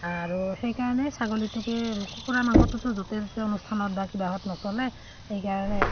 আৰু সেইকাৰণেই ছাগলীটোকে কুকুৰা মাংসটোতো য'তে য'তে অনুষ্ঠানত বা কিবাহত নচলে সেইকাৰণে